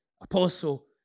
apostle